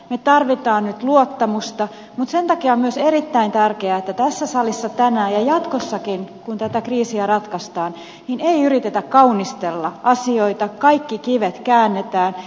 me tarvitsemme nyt luottamusta mutta sen takia on myös erittäin tärkeää että tässä salissa tänään ja jatkossakin kun tätä kriisiä ratkaistaan ei yritetä kaunistella asioita kaikki kivet käännetään